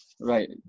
Right